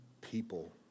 people